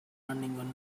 running